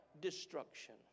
destruction